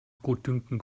gutdünken